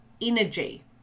energy